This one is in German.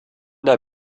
der